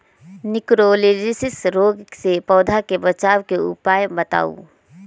निककरोलीसिस रोग से पौधा के बचाव के उपाय बताऊ?